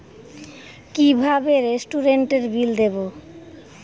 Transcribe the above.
কিভাবে রেস্টুরেন্টের বিল দেবো?